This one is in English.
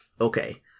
okay